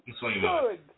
Good